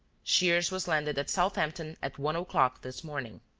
shears was landed at southampton at one o'clock this morning.